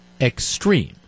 extreme